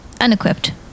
unequipped